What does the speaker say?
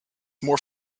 more